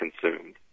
consumed